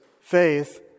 faith